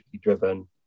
driven